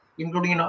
including